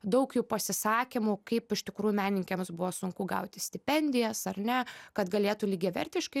daug jų pasisakymų kaip iš tikrųjų meninikėms buvo sunku gauti stipendijas ar ne kad galėtų lygiavertiškai